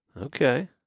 Okay